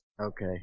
Okay